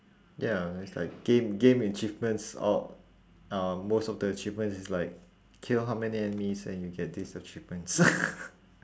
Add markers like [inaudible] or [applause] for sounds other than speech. ya it's like game game achievements all um most of the achievement is like kill how many enemies and you get these achievements [laughs]